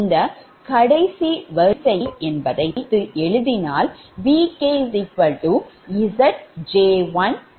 இந்த கடைசி வரிசையை எடுத்து எழுதினால் VkZj1I1Zj2I2